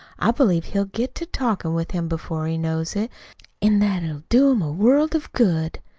i believe he'll get to talkin' with him before he knows it an' that it'll do him a world of good.